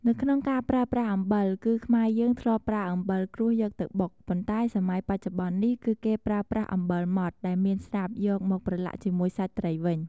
នៅក្នុងការប្រើប្រាស់អំបិល គឺខ្មែរយើងធ្លាប់ប្រើអំបិលគ្រួសយកទៅបុក ប៉ុន្តែសម័យបច្ចុប្បន្ននេះ គឺគេប្រើប្រាស់អំបិលម៉ត់ដែលមានស្រាប់យកមកប្រឡាក់ជាមួយសាច់ត្រីវិញ។